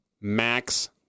max